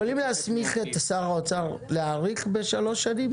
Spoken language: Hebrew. יכולים להסמיך את שר האוצר להאריך בשלוש שנים?